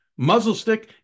Muzzlestick